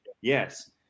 Yes